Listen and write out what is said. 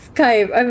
Skype